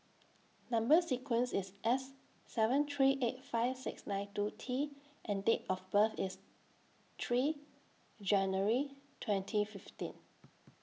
Number sequence IS S seven three eight five six nine two T and Date of birth IS three January twenty fifteen